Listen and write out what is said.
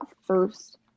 First